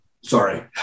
Sorry